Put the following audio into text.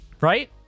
right